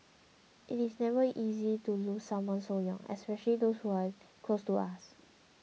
it is never easy to lose someone so young especially those who are close to us